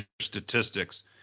statistics